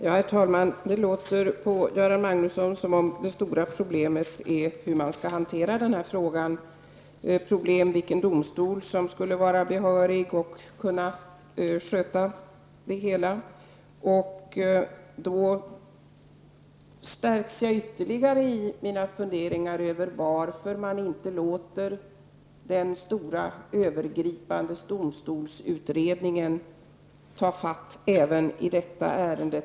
Herr talman! Det låter på Göran Magnusson som om det stora problemet är hur man skall hantera frågan, vilken domstol som skulle vara behörig och kunna sköta det hela. Jag stärks därmed ytterligare i mina funderingar kring att man borde låta den stora, övergripande domstolsutredningen ta fatt även i detta ärende.